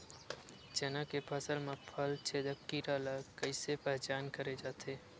चना के फसल म फल छेदक कीरा ल कइसे पहचान करे जाथे?